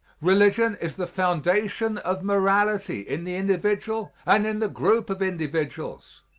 religion is the foundation of morality in the individual and in the group of individuals.